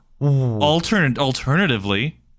alternatively